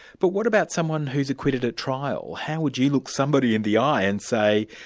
but what about someone who's acquitted at trial? how would you look somebody in the eye and say,